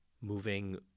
moving